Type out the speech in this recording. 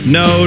no